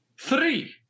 three